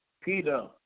Peter